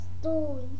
story